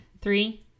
Three